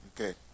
Okay